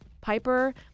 Piper